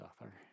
author